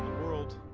world,